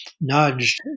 nudged